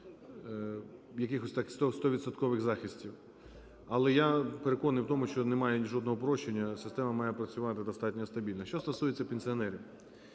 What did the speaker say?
стовідсоткових захистів. Але я переконаний в тому, що немає жодного прощення, система має працювати достатньо стабільно. Що стосується пенсіонерів.